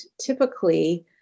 typically